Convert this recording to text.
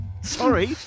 Sorry